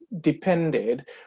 depended